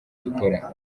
dukora